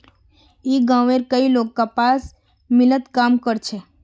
ई गांवउर कई लोग कपास मिलत काम कर छे